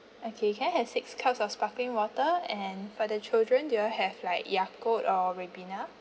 okay can I have six cups of sparkling water and for the children do y'all have like Yakult or Ribena